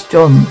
John